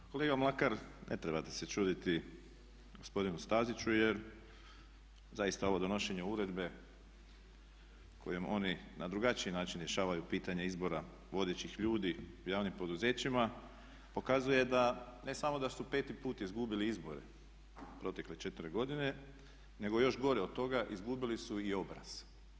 Kolega Mlakar ne trebate se čuditi gospodinu Staziću jer zaista ovo donošenje uredbe kojom oni na drugačiji način rješavaju pitanje izbora vodećih ljudi u javnim poduzećima pokazuje da ne samo da su peti put izgubili izbore u protekle četiri godine nego još gore od toga izgubili su i obraz.